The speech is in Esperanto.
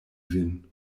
vin